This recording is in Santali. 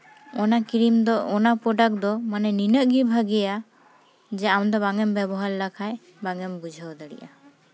ᱚᱱᱟ ᱠᱨᱤᱢ ᱫᱚ ᱚᱱᱟ ᱯᱨᱚᱰᱟᱠᱴ ᱫᱚ ᱢᱟᱱᱮ ᱱᱤᱱᱟᱹᱜ ᱜᱮ ᱵᱷᱟᱜᱮᱭᱟ ᱡᱮ ᱟᱢᱫᱚ ᱵᱟᱝ ᱮᱢ ᱵᱮᱵᱚᱦᱟᱨ ᱞᱮᱠᱷᱟᱡ ᱵᱟᱝ ᱮᱢ ᱵᱩᱡᱷᱟᱹᱣ ᱫᱟᱲᱮᱭᱟᱜᱼᱟ